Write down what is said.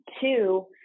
two